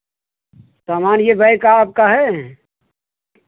सामान ये बैग आपका है